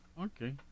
Okay